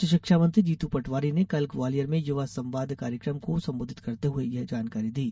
उच्चशिक्षा मंत्री जीतू पटवारी ने कल ग्वालियर में युवा संवाद कार्यक्रम को संबोधित करते हुये यह जानकारी दी